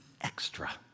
extra